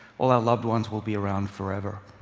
all our loved ones will be around forever